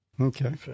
Okay